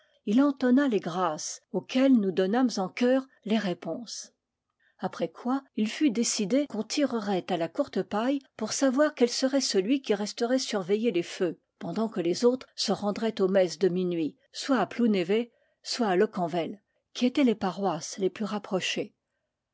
il entonna les grâces auxquelles nous donnâmes en chœur les répons après quoi il fut décidé qu'on tirerait à la courte paille pour savoir quel serait celui qui resterait surveiller les feux pendant que les autres se rendraient aux messes de minuit soit à plounévez soit à locquenvel qui étaient les paroisses les plus rapprochées